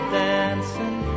dancing